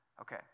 Okay